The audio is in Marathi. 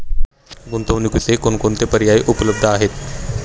गुंतवणुकीचे कोणकोणते पर्याय उपलब्ध आहेत?